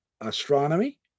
astronomy